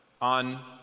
on